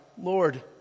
Lord